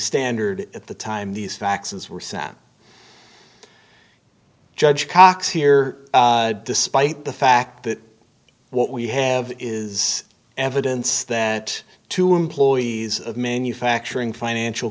standard at the time these faxes were sent judge cox here despite the fact that what we have is evidence that two employees of manufacturing financial